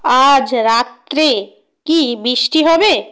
আজ রাত্রে কি বৃষ্টি হবে